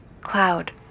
Cloud